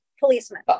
Policeman